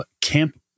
Camp